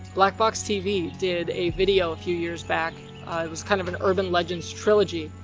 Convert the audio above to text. blackboxtv did a video a few years back, it was kind of an urban legends trilogy,